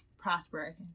Prosper